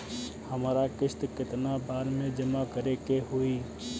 हमरा किस्त केतना बार में जमा करे के होई?